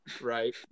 Right